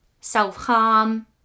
self-harm